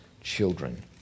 children